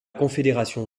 confédération